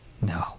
No